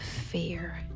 fear